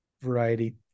variety